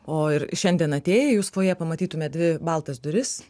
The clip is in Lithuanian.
o ir šiandien atėjus foje pamatytumėt dvi baltas duris